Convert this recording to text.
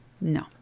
No